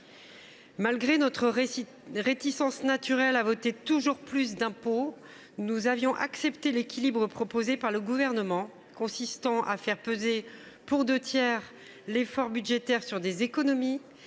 Malgré notre réticence naturelle à voter toujours plus d’impôts, nous avions accepté l’équilibre proposé par le Gouvernement, consistant à faire peser l’effort budgétaire, pour deux tiers,